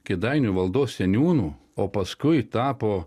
kėdainių valdos seniūnu o paskui tapo